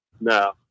no